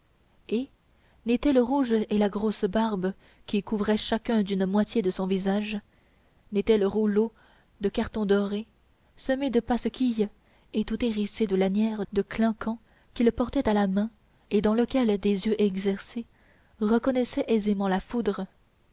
et n'était le rouge et la grosse barbe qui couvraient chacun une moitié de son visage n'était le rouleau de carton doré semé de passequilles et tout hérissé de lanières de clinquant qu'il portait à la main et dans lequel des yeux exercés reconnaissaient aisément la foudre